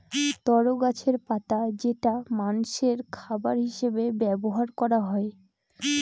তরো গাছের পাতা যেটা মানষের খাবার হিসেবে ব্যবহার করা হয়